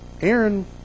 Aaron